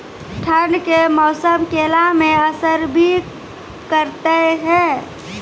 ठंड के मौसम केला मैं असर भी करते हैं?